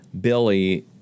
Billy